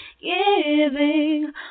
Giving